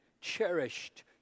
cherished